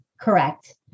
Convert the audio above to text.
Correct